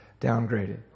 downgraded